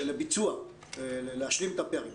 לביצוע להשלמת פערים.